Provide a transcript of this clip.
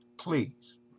Please